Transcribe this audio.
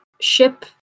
ship